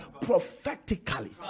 prophetically